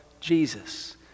Jesus